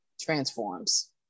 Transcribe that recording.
transforms